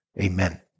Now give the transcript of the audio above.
Amen